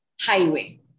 highway